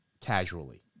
casually